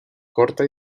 corta